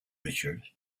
richard